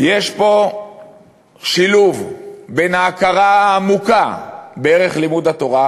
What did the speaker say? יש פה שילוב בין ההכרה העמוקה בערך לימוד התורה